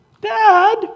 Dad